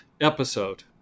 episode